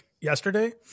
yesterday